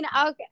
Okay